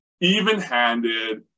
even-handed